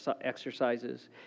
exercises